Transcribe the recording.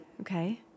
okay